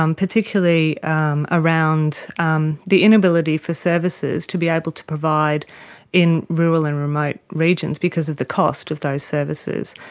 um particularly um around um the inability for services to be able to provide in rural and remote regions because of the cost of those services.